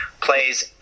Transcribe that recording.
plays